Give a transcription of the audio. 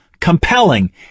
compelling